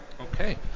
Okay